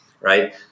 right